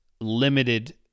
limited